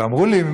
ואמרו לי: